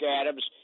Adams